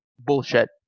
bullshit